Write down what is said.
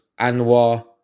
Anwar